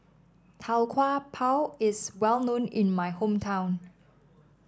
Tau Kwa Pau is well known in my hometown